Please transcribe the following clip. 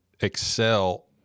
excel